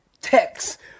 text